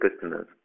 customers